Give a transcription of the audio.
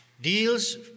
deals